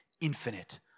infinite